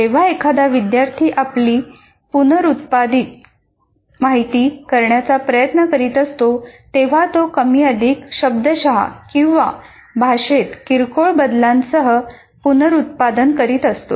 जेव्हा एखादा विद्यार्थी माहिती पुनरुत्पादित करण्याचा प्रयत्न करीत असतो तेव्हा तो कमी अधिक शब्दशः किंवा भाषेत किरकोळ बदलांसह पुनरुत्पादन करीत असतो